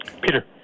Peter